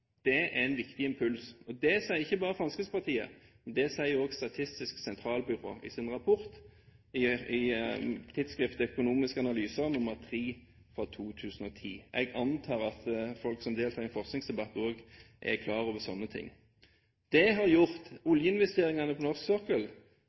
Det er en viktig impuls. Det er ikke bare Fremskrittspartiet som sier det – det sier også Statistisk sentralbyrå i sin rapport i tidsskriftet Økonomiske analyser nr. 3/2010. Jeg antar at folk som deltar i en forskningsdebatt, også er klar over sånne